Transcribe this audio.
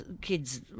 kids